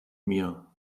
mir